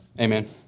Amen